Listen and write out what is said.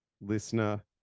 Listener